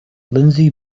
lindsey